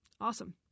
Awesome